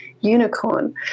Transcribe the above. Unicorn